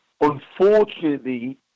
unfortunately